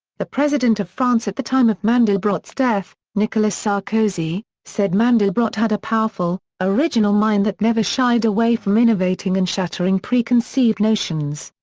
the president of france at the time of mandelbrot's death, nicolas sarkozy, said mandelbrot had a powerful, original mind that never shied away from innovating and shattering preconceived notions.